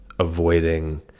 avoiding